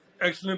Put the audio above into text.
Excellent